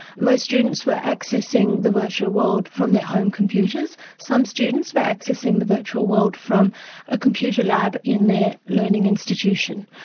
most students were accessing the virtual world from their home computers. some students were accessing the virtual world from a computer lab in their learning institution.